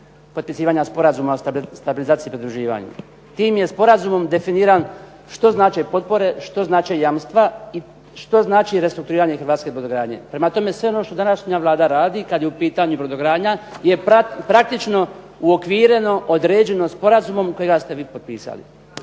potpisivanja sporazuma o stabilizaciji i pridruživanju. Tim je sporazumom definiran što znače potpore, što znače jamstva i što znači restrukturiranje hrvatske brodogradnje. Prema tome, sve ono što današnja Vlada radi kada je u pitanju brodogradnja je praktično uokvireno određeno sporazumom kojega ste vi potpisali.